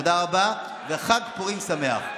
תודה רבה וחג פורים שמח.